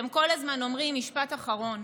משפט אחרון.